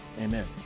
Amen